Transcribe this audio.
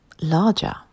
larger